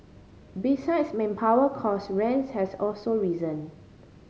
besides manpower cost rents has also risen